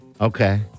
Okay